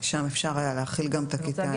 שם אפשר היה להחיל גם את הכיתה הירוקה.